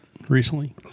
Recently